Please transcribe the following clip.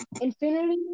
infinity